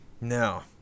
no